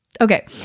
Okay